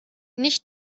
nicht